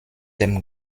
dem